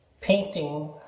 Painting